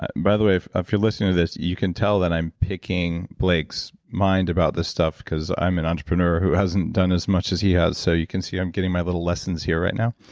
but by the way if you're listening to this, you can tell that i'm picking blake's mind about this stuff, because i'm an entrepreneur who hasn't done as much as he has so, you can see i'm getting my little lessons here right now.